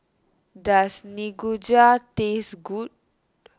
does Nikujaga taste good